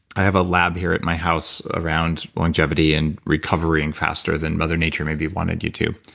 i have a lab here at my house around longevity, and recovering faster than mother nature maybe wanted you to,